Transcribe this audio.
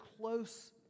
close